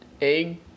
egg